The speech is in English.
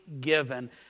given